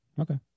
Okay